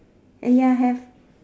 and ya have